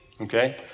okay